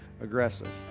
aggressive